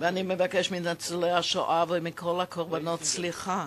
ואני מבקש מניצולי השואה ומכל הקורבנות: סליחה.